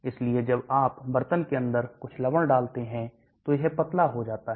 इसलिए जब आप बर्तन के अंदर कुछ लवण डालते हैं तो यह पतला हो जाता है